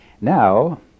Now